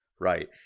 Right